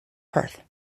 perth